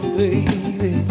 baby